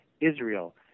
Israel